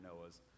Noah's